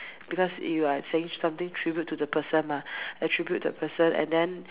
because you are saying something tribute to the person mah attribute the person and then